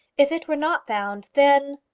if it were not found, then!